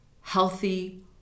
healthy